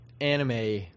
anime